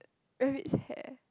rabbit's hair